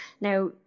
Now